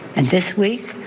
and this week,